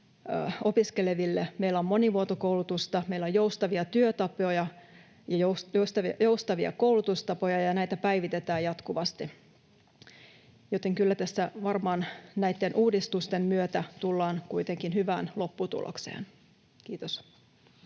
Meillä on monimuotokoulutusta, meillä on joustavia työtapoja ja joustavia koulutustapoja, ja näitä päivitetään jatkuvasti, joten kyllä tässä varmaan näitten uudistusten myötä tullaan kuitenkin hyvään lopputulokseen. — Kiitos.